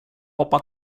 hoppa